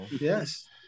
Yes